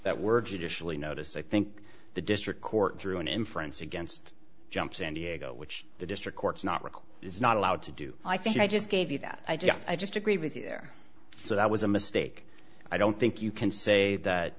that were judicially notice i think the district court threw an inference against jumps and diego which the district courts not require is not allowed to do i think i just gave you that i just i just agree with you there so that was a mistake i don't think you can say that